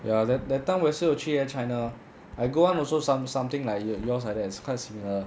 ya that that time 我也是有去 eh china I go [one] also some something like yours like that it's quite similar